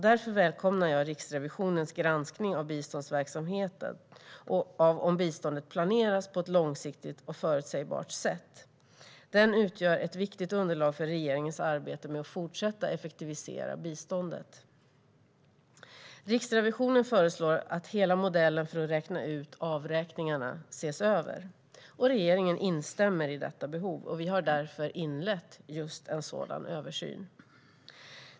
Därför välkomnar jag Riksrevisionens granskning av biståndsverksamheten och om biståndet planeras på ett långsiktigt och förutsägbart sätt. Den utgör ett viktigt underlag för regeringens arbete med att fortsätta att effektivisera biståndet. Riksrevisionen föreslår att hela modellen för att räkna ut avräkningarna ses över, och regeringen instämmer i detta behov. Vi har därför inlett just en sådan översyn.